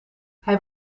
hij